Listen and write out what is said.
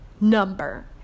number